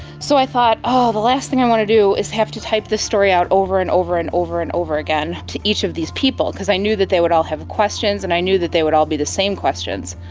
so i thought, oh, the last thing i want to do is have to type this story out over and over and over and again to each of these people, because i knew that they would all have questions and i knew that they would all be the same questions.